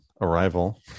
Arrival